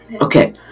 Okay